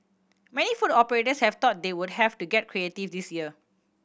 many food operators had thought they would have to get creative this year